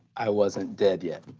i wasn't dead yet.